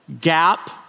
gap